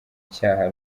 cyaha